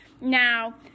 Now